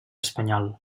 espanyol